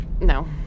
No